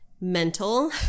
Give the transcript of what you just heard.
mental